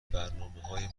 برنامههای